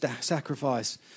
sacrifice